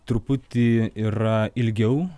truputį yra ilgiau